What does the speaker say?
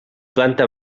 planta